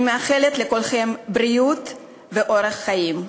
אני מאחלת לכולכם בריאות ואורך חיים.